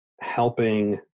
helping